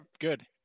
good